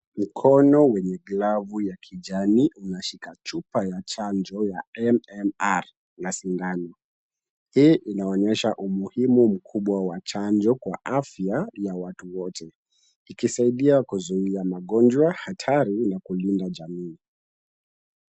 Mkono wenye glavu ya kijani unashika chupa ya chanjo ya MMR na sindano. Hii inaonyesha umuhimu mkubwa wa chanjo kwa afya ya watu wote, ikisaidia kuzuia magonjwa hatari na kulinda jamii.